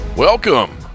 Welcome